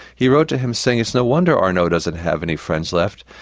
he wrote to him saying it's no wonder arnauld doesn't have any friends left,